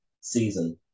season